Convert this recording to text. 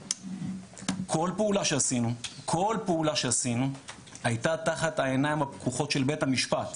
כל פעולה שעשינו הייתה תחת העיניים הפקוחות של בית המשפט,